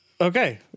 Okay